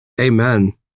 amen